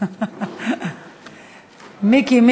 מיקי,